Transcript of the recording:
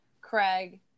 Craig